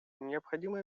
необходимо